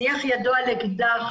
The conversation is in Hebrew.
הניח ידו על אקדח,